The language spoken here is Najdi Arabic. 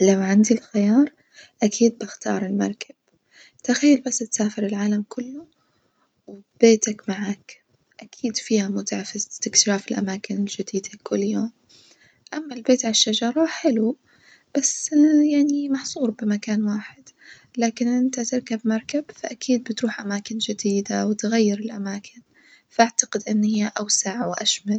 لو عندي الخيار أكيد بختار المركب تخيل بس تسافر العالم كله وبيتك معاك أكيد فيها متعة في استكشاف الأماكن الجديدة كل يوم، أما البيت على الشجرة حلو بس يعني محصور بمكان واحد لكن إن أنت تركب مركب فأكيد بتروح أماكن جديدة وتغير الأماكن، فأعتقد إن هي أوسع وأشمل.